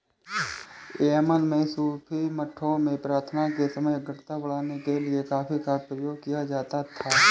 Yemen में सूफी मठों में प्रार्थना के समय एकाग्रता बढ़ाने के लिए कॉफी का प्रयोग किया जाता था